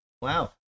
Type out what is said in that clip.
Wow